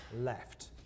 left